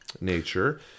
nature